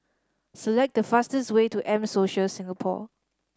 select the fastest way to M Social Singapore